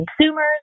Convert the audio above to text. consumers